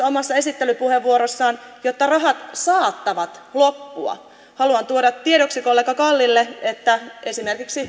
omassa esittelypuheenvuorossaan että rahat saattavat loppua haluan tuoda tiedoksi kollega kallille että esimerkiksi